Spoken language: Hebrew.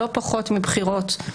לא פחות מבחירות.